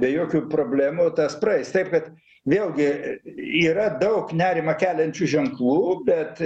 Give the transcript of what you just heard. be jokių problemų tas praeis taip kad vėlgi yra daug nerimą keliančių ženklų bet